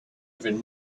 even